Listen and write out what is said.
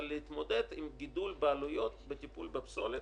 אבל להתמודד עם גידול בעלויות בטיפול בפסולת,